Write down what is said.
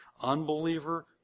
Unbeliever